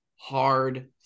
hard